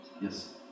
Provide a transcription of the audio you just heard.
Yes